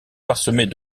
parsemés